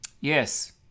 yes